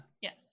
Yes